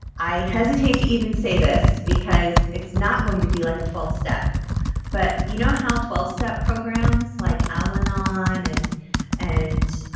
i hesitate to even say this because it's not going to be like a twelve step but you know how twelve step programs like alanon and and